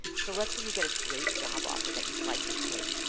so let's say you get a great job offer that you'd like to take,